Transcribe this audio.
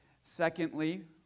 Secondly